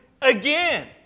again